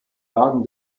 wagen